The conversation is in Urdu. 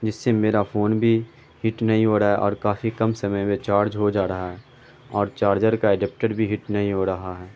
جس سے میرا فون بھی ہیٹ نہیں ہو رہا ہے اور کافی کم سمے میں چاڑج ہو جا رہا ہے اور چارجر کا ایڈپٹر بھی ہیٹ نہیں ہو رہا ہے